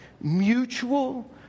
mutual